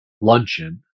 luncheon